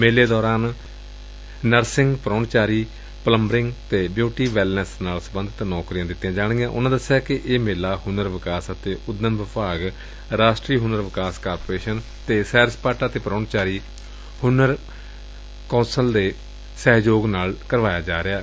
ਮੇਲੇ ਦੌਰਾਨ ਨਰਸਿੰਗ ਪ੍ਾਹੁਣਚਾਰੀ ਪਲੇਬਰਿੰਗ ਤੇ ਬਿਊਟੀ ਵੈਲਨੈੱਸ ਨਾਲ ਸਬੰਧਤ ਨੌਕਰੀਆਂ ਦਿੱਤੀਆਂ ਜਾਣਗੀਆਂ ਉਨੂਾਂ ਦਸਿਆ ਕਿ ਇਹ ਮੇਲਾ ਹੁਨਰ ਵਿਕਾਸ ਅਤੇ ਉਦਮ ਵਿਭਾਗ ਰਾਸ਼ਟਰੀ ਹੁਨਰ ਵਿਕਾਸ ਕਾਰਪੋਰੇਸ਼ਨ ਅਤੇ ਸੈਰ ਸਪਾਟਾ ਤੇ ਪ੍ਰਹੁਣਾਚਾਰੀ ਹੁਨਰ ਕੌਂਸਲ ਦੇ ਸਹਿਯੋਗ ਨਾਲ ਕਰਵਾਇਆ ਜਾ ਰਿਹੈ